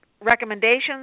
recommendations